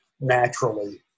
naturally